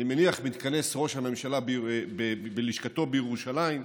אני מניח, מתכנס ראש הממשלה בלשכתו בירושלים,